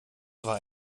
war